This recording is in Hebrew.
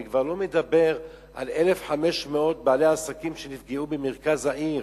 אני כבר לא מדבר על 1,500 בעלי עסקים שנפגעו במרכז העיר.